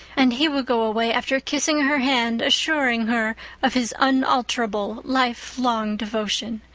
and he would go away, after kissing her hand, assuring her of his unalterable, life-long devotion.